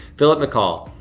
philip mccall,